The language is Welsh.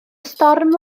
storm